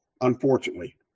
unfortunately